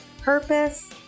Purpose